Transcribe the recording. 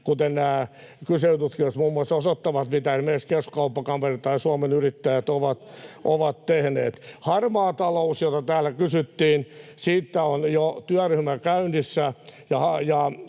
kuten nämä kyselytutkimukset, mitä esimerkiksi Keskuskauppakamari ja Suomen Yrittäjät ovat tehneet, osoittavat. Harmaa talous, josta täällä kysyttiin: Siitä on jo työryhmä käynnissä,